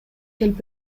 келип